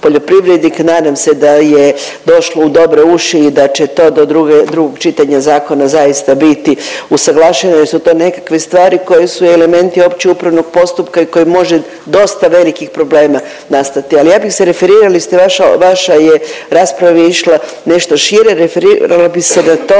Nadam se da je došlo u dobre uši i da će to do drugog čitanja zakona zaista biti usaglašeno jer su to nekakve stvari koje su elementi opće upravnog postupka i koje može dosta velikih problema nastati. Ali ja bih se referirala, vaša je rasprava išla nešto šire, referirala bi se na to